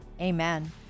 Amen